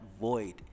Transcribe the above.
void